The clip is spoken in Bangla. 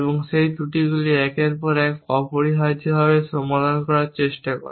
এবং সেই ত্রুটিগুলি একের পর এক অপরিহার্যভাবে সমাধান করার চেষ্টা করা